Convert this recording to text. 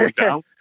down